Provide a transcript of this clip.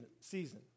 season